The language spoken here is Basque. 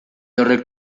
horrek